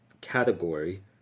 category